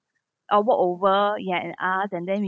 or walk over ya and ask and then we